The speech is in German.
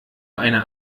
eine